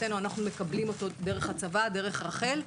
אנחנו מקבלים אותו דרך הצבא, דרך רח"ל,